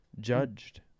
judged